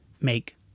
make